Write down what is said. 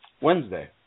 Wednesday